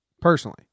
personally